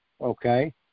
okay